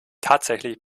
tatsächlich